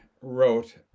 wrote